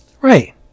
right